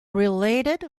related